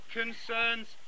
concerns